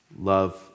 Love